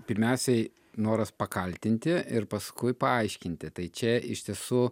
pirmiausiai noras pakaltinti ir paskui paaiškinti tai čia iš tiesų